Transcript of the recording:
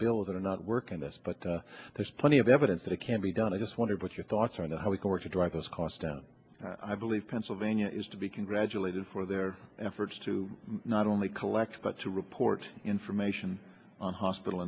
bills that are not working this but there's plenty of evidence that it can be done i just wondered what your thoughts are on the how we can work to drive those costs down i believe pennsylvania is to be congratulated for their efforts to not only collect but to report information on hospital